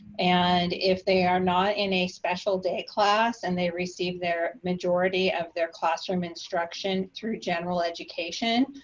and if they are not in a special day class and they received their majority of their classroom instruction through general education,